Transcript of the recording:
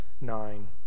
nine